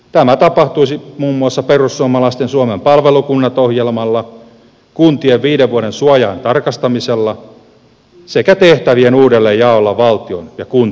tämä tapahtuisi muun muassa perussuomalaisten suomen palvelukunnat ohjelmalla kuntien viiden vuoden suoja ajan tarkastamisella sekä tehtävien uudella jaolla valtion ja kuntien välillä